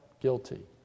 guilty